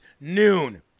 noon